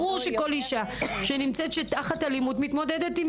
ברור שכל אישה שנמצאת תחת אלימות מתמודדת עם